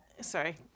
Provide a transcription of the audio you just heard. sorry